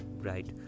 right